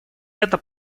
это